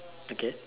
okay